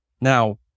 Now